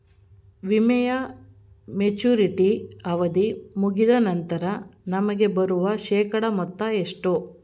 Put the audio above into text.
ವಿಮೆಯ ಮೆಚುರಿಟಿ ಅವಧಿ ಮುಗಿದ ನಂತರ ನಮಗೆ ಬರುವ ಶೇಕಡಾ ಮೊತ್ತ ಎಷ್ಟು?